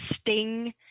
sting